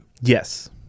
Yes